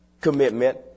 commitment